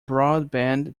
broadband